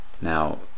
now